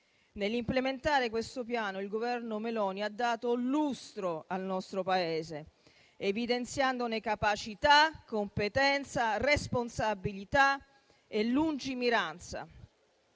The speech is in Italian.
Nell'implementare questo Piano, il Governo Meloni ha dato lustro al nostro Paese, evidenziandone capacità, competenza, responsabilità e lungimiranza.